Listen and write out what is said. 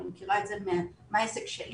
אני מכירה את זה מהעסק שלי,